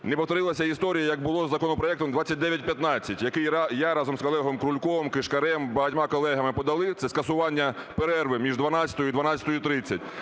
не повторилася історія, як було з законопроектом 2915, який я разом з колегою Крульком, Кишкарем, багатьма колегами подали – це скасування перерви між 12-ю і 12:30.